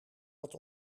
dat